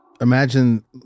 Imagine